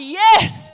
yes